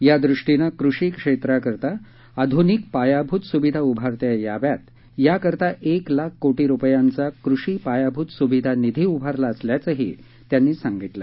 यादृष्टीनं कृषी क्षेत्राकरता आधुनिक पायाभूत सुविधा उभारता याव्यात याकरता एक लाख कोटी रुपयांचा कृषी पायाभूत सुविधा निधी उभारला असल्याचं त्यांनी सांगितलं